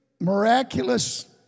miraculous